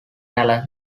talent